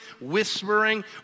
whispering